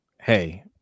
hey